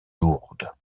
lourde